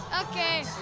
Okay